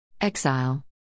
Exile